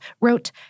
wrote